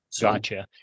gotcha